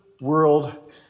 world